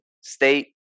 state